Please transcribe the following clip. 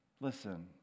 Listen